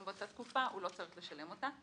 באותה תקופה הוא לא צריך לשלם אותה.